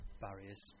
barriers